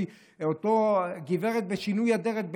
אותה הגברת בשינוי אדרת,